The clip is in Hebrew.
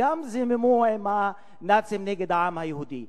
גם הם זממו עם הנאצים נגד העם היהודי.